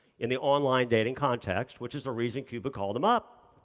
in the online dating context, which is the reason cupid called them up.